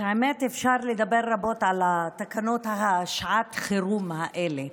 האמת שאפשר לדבר רבות על התקנות לשעת חירום האלה,